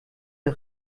der